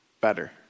better